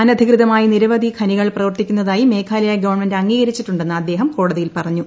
അനധികൃതമായി നിരവധി ഖനികൾ പ്രവർത്തിക്കുന്നതായി മേഘാലയ ഗവൺമെന്റ് അംഗീകരിച്ചിട്ടുണ്ടെന്ന് അദ്ദേഹം കോടതിയിൽ പറഞ്ഞു